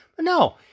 No